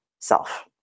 self